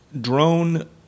drone